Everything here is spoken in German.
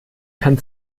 kann